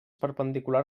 perpendicular